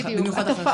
במיוחד אחרי חיסונים.